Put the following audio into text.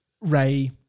Ray